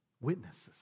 Witnesses